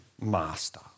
master